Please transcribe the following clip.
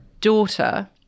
daughter